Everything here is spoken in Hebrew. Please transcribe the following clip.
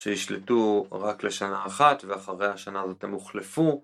שישלטו רק לשנה אחת ואחרי השנה הזאת הם הוחלפו